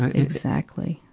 ah exactly.